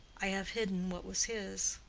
i have hidden what was his.